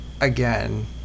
again